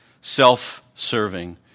self-serving